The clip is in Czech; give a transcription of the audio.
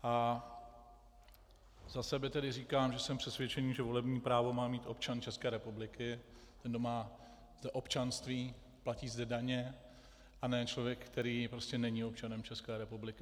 A za sebe říkám, že jsem přesvědčený, že volební právo má mít občan České republiky, ten, kdo má občanství, platí zde daně, a ne člověk, který není občanem České republiky.